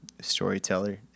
storyteller